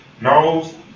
knows